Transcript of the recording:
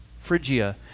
Phrygia